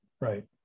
right